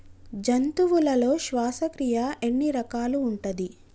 జంతువులలో శ్వాసక్రియ ఎన్ని రకాలు ఉంటది?